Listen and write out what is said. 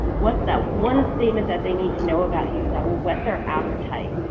what's that one statement that they need to know about you that will whet their appetite?